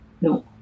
no